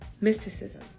mysticism